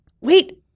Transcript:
wait –